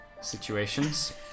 situations